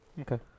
Okay